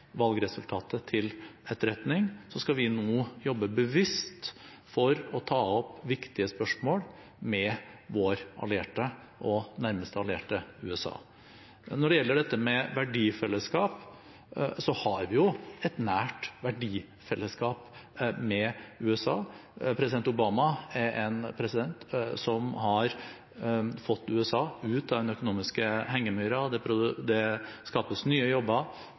valgresultatet til etterretning, skal vi nå jobbe bevisst for å ta opp viktige spørsmål med vår nærmeste allierte: USA. Når det gjelder dette med verdifellesskap, har vi jo et nært verdifellesskap med USA. President Obama er en president som har fått USA ut av den økonomiske hengemyren, det skapes nye jobber,